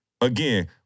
again